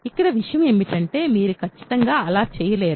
ఇక్కడ విషయం ఏమిటంటే మీరు ఖచ్చితంగా అలా చేయలేరు